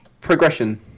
Progression